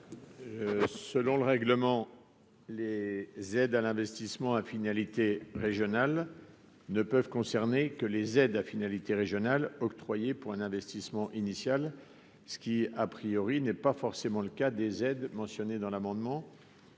et 108 du traité, les aides à l'investissement à finalité régionale ne peuvent concerner que des aides à finalité régionale octroyées pour un investissement initial, ce qui n'est pas forcément le cas des aides mentionnées dans le présent